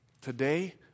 today